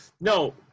No